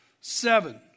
Seven